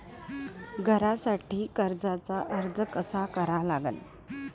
घरासाठी कर्जाचा अर्ज कसा करा लागन?